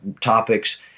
topics